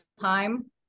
time